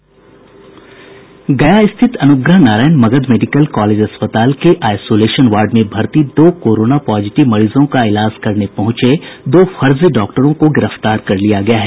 गया स्थित Anugrah Narayan Magadh medical college अस्पताल के आईसोलेशन वार्ड में भर्ती दो कोरोना पॉजिटिव मरीजों का इलाज करने पहुंचे में दो फर्जी डाक्टरों को गिरफ्तार कर लिया गया है